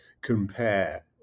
compare